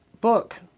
Book